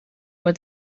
for